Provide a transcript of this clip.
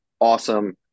awesome